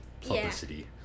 publicity